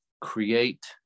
create